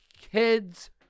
kids